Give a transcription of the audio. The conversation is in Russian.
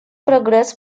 прогресс